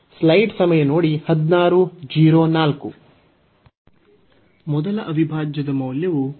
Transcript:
ಮೊದಲ ಅವಿಭಾಜ್ಯದ ಮೌಲ್ಯವು 16